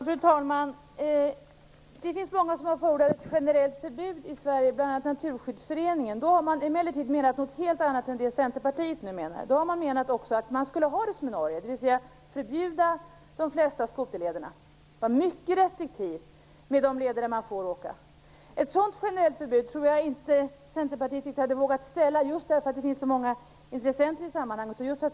Fru talman! Det finns många som har förordat ett generellt förbud i Sverige, bl.a. Naturskyddsföreningen. Då har man emellertid menat något helt annat än det som Centerpartiet nu menar. Då har man menat att man skulle ha det som i Norge, dvs. man skulle förbjuda de flesta skoterlederna och vara mycket restriktiv med de leder där man får åka. Ett sådant generellt förbud tror jag inte riktigt att Centerpartiet har vågat ställa upp på. Det finns ju så många intressenter i sammanhanget.